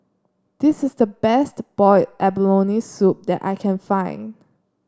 this is the best Boiled Abalone Soup that I can find